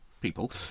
people